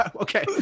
okay